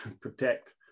protect